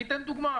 אתן דוגמה,